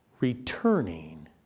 Returning